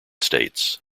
states